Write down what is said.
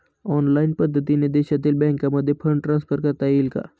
Online पद्धतीने देशातील बँकांमध्ये फंड ट्रान्सफर करता येईल का?